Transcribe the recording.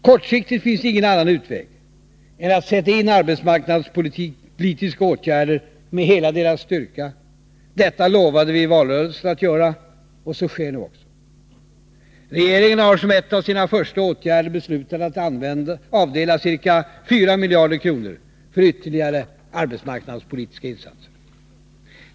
Kortsiktigt finns det ingen annan utväg än att sätta in arbetsmarknadspolitiska åtgärder med hela deras styrka. Detta lovade vi i valrörelsen att göra, och så sker nu också. Regeringen har som en av sina första åtgärder beslutat att avdela ca 4 miljarder kronor för ytterligare arbetsmarknadspolitiska insatser.